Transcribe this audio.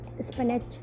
spinach